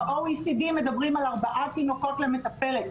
ב- OECD מדברים על ארבעה תינוקות למטפלת.